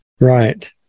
Right